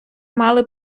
мали